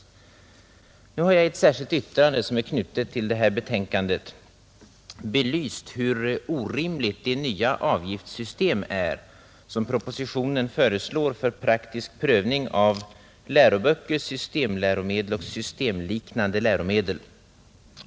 Jag har i ett särskilt yttrande, som är fogat till detta betänkande, belyst hur orimligt det nya avgiftssystem är som propositionen föreslår för praktisk prövning av läroböcker, systemläromedel och systemliknande läromedel.